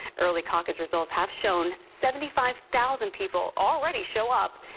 early caucus results have shown seventy five thousand people already show up,